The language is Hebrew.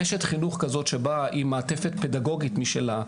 רשת חינוך כזאת שבאה עם מעטפת פדגוגית משלה,